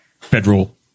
federal